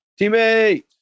Teammate